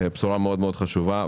בשורה מאוד מאוד חשובה,